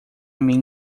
mim